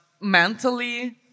mentally